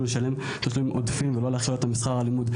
לשלם תשלומים עודפים ולא להכליל אותם בשכר הלימוד,